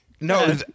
No